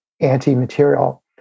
anti-material